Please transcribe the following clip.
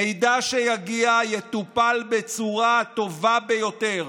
מידע שיגיע יטופל בצורה הטובה ביותר.